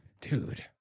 dude